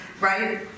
right